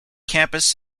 campus